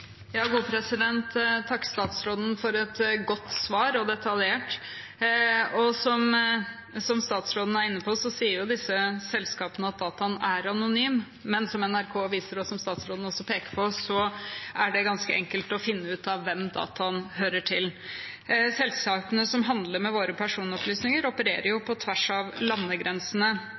statsråden for et godt og detaljert svar. Som statsråden er inne på, sier disse selskapene at dataene er anonyme, men som NRK viser og statsråden også peker på, er det ganske enkelt å finne ut av hvem dataene hører til. Selskapene som handler med våre personopplysninger, opererer jo på tvers av landegrensene.